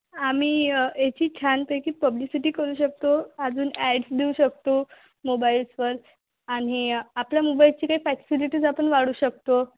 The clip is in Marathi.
आम्ही याची छानपैकी पब्लिसिटी करू शकतो अजून ऍड्स देऊ शकतो मोबाईल्सवर आणि आपल्या मोबाईलची काही फॅसिलिटीज आपण वाढवू शकतो